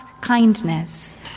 kindness